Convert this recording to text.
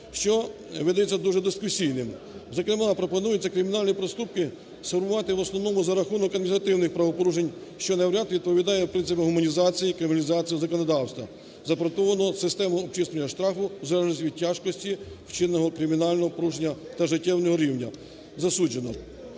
що видається дуже дискусійним. Зокрема, пропонується кримінальні проступки сформувати в основному за рахунок адміністративних правопорушень, що навряд відповідає принципам гуманізації, криміналізації… законодавства. Запропоновано систему обчислення штрафу в залежності від тяжкості вчиненого кримінального порушення та… життєвого рівня засудженого.